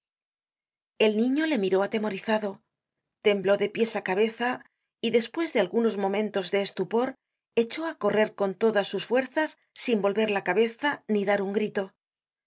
el niño le miró atemorizado tembló de pies á cabeza y despues de algunos momentos de estupor echó á correr con todas sus fuerzas sin volver la cabeza ni dar un grito sin